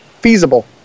feasible